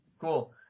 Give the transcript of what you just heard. cool